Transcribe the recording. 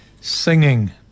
singing